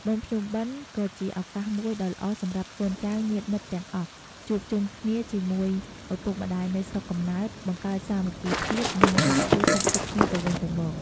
បុណ្យភ្ជុំបិណ្ឌ ក៏ជាឱកាសមួយដ៏ល្អសម្រាប់កូនចៅ ញាតិមិត្តទាំងអស់ជួបជុំគ្នាជាមួយឪពុកម្ដាយនៅស្រុកកំណើត បង្កើនសាមគ្គីភាព និងសាកសួរសុខទុក្ខគ្នាទៅវិញទៅមក។